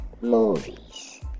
Movies